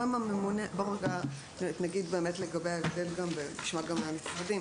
בואו באמת נגיד רגע לגבי ההבדל ונשמע גם מהמשרדים